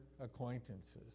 acquaintances